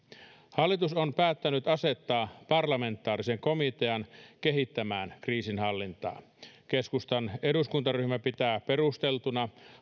hallitus on päättänyt asettaa parlamentaarisen komitean kehittämään kriisinhallintaa keskustan eduskuntaryhmä pitää perusteltuna